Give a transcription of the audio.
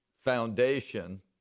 foundation